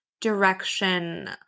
direction